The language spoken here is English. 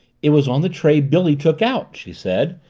it was on the tray billy took out, she said,